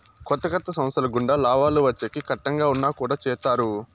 కొత్త కొత్త సంస్థల గుండా లాభాలు వచ్చేకి కట్టంగా ఉన్నా కుడా చేత్తారు